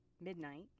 midnight